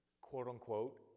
quote-unquote